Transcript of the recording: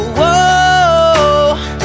whoa